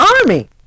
army